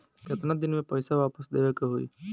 केतना दिन में पैसा वापस देवे के होखी?